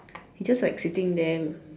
he just like sitting there